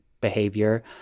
behavior